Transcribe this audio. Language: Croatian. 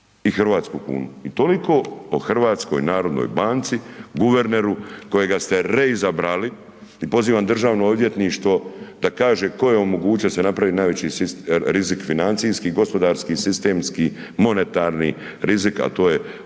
i hrvatsku kunu, i toliko o HNB-u, guverneru kojega ste reizabrali i pozivam državno odvjetništvo da kaže ko je omogućio da se napravi najveći rizik financijski, gospodarski, sistemski, monetarni rizik, a to je